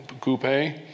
coupe